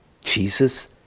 Jesus